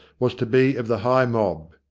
was to be of the high mob.